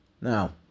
Now